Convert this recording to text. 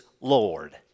Lord